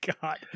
god